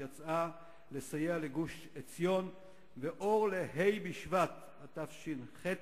שיצאה לסייע לגוש-עציון אור לה' בשבט התש"ח,